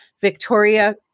Victoria